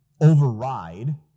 override